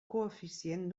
coeficient